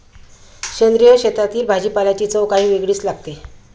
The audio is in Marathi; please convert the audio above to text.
सेंद्रिय शेतातील भाजीपाल्याची चव काही वेगळीच लागते